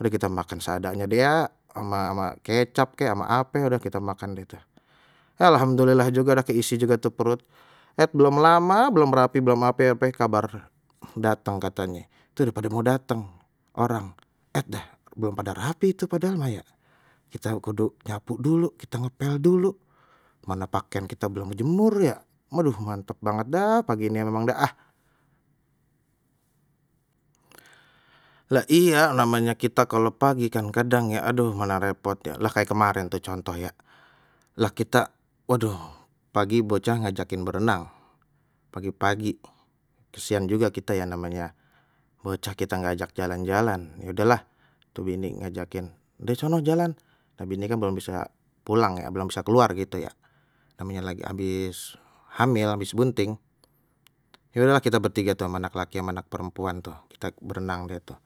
Udah kita makan seadanya deh ya, ama ama kecap kek ama ape udah kita makan deh tu, alhamdulillah juga dah keisi juga tu perut, et belum lama belum rapi belum ape ape kabar datang katanya, tuh dah pada mau datang orang, et deh belum pada rapi tu padahal mah ya kita kudu nyapu dulu kita ngepel dulu mana pakaian kita belum jemur ya waduh mantap banget dah pagi ini memang dah ah. Lah iya namanya kita kalau pagi kan kadang ya aduh mana repot ya, lah kayak kemarin tuh contoh ya lah kita waduh pagi bocah ngajakin berenang pagi-pagi kesian juga kita yang namanya bocah kita nggak ajak jalan-jalan ya udahlah tu bini ngajakin deh sono jalan, lha bini kan belum bisa pulang belum bisa keluar gitu ya namanya lagi abis hamil abis bunting, ya udahlah kita bertiga tu ama anak laki yang anak perempuan tuh kita berenang gitu,